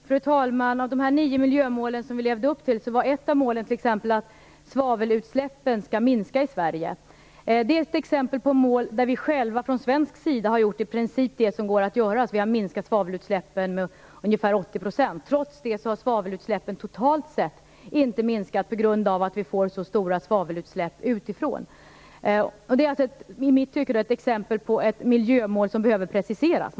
Fru talman! Av de nio miljömål som vi skall leva upp till var ett av målen att svavelutsläppen skall minska i Sverige. Det är ett exempel på mål där vi själva från svensk sida har gjort i princip det som går att göras. Vi har minskat svavelutsläppen med ungefär 80 %. Trots det har svavelutsläppen totalt sett inte minskat på grund av att vi får så stora svavelutsläpp utifrån. Det är enligt min mening ett exempel på ett miljömål som behöver preciseras.